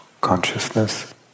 consciousness